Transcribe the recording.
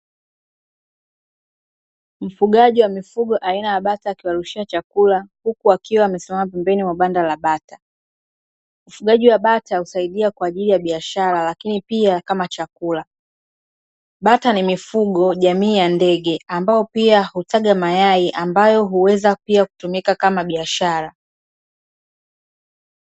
Mfugaji wa mifugo aina ya bata akiwarushia chakula, huku akiwa amesimama pembeni ya banda la bata. Ufugaji wa bata husaidia kwa ajili ya biashara, lakini pia kama chakula. Bata ni mifugo jamii ya ndege, ambao pia hutaga mayai, ambayo huweza pia kutumika kama biashara.